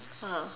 ah